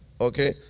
Okay